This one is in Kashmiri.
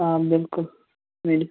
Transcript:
آ بِلکُل میلہِ